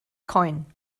coin